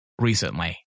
Recently